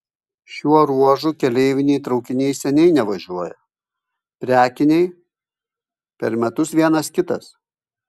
šiuo ruožu keleiviniai traukiniai seniai nevažiuoja prekiniai per metus vienas kitas